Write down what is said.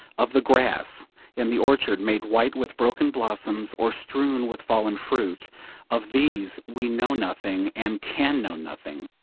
of the grass in the orchard made white with broken blossoms or strewn with fallen fruit of these we know nothing and can know nothing.